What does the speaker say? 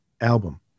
album